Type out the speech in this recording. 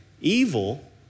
evil